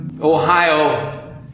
Ohio